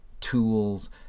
tools